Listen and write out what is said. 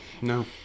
no